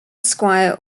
squire